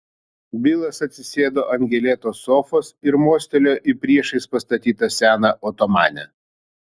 bilas atsisėdo ant gėlėtos sofos ir mostelėjo į priešais pastatytą seną otomanę